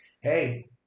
hey